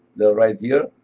they're right here.